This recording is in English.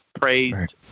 praised